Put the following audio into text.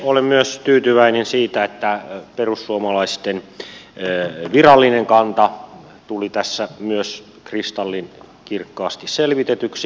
olen myös tyytyväinen siihen että perussuomalaisten virallinen kanta tuli tässä myös kristallinkirkkaasti selvitetyksi